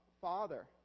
Father